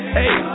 hey